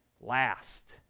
Last